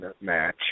match